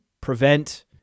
prevent